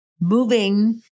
moving